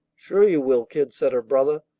sure you will, kid, said her brother.